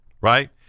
right